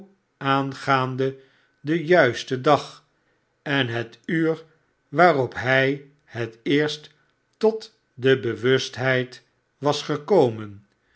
aangaande den juisten dag en het uur waarop hij het eerst tot de bewustheid was gekomen